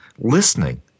Listening